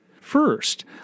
First